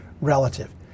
relative